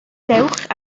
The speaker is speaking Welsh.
dewch